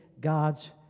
God's